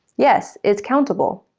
yes, it's countable.